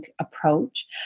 approach